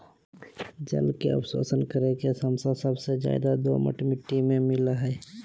जल के अवशोषण करे के छमता सबसे ज्यादे दोमट मिट्टी में मिलय हई